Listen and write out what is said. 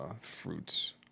fruits